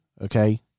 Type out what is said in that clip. okay